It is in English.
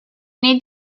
need